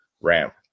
ramp